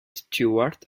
stuart